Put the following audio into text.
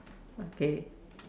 okay